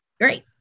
Great